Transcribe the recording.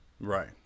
Right